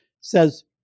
says